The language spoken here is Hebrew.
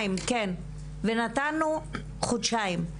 חודשיים ונתנו חודשיים.